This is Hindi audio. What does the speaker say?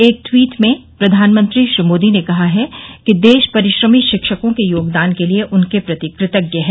एक ट्वीट में प्रधानमंत्री श्री मोदी ने कहा है कि देश परिश्रमी शिक्षकों के योगदान के लिए उनके प्रति कृतज्ञ है